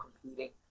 competing